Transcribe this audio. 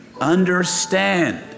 understand